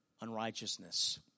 unrighteousness